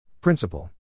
Principle